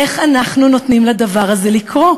איך אנחנו נותנים לדבר הזה לקרות?